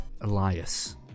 Elias